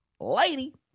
Lady